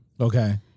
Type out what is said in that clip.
Okay